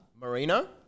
Marino